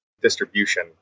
distribution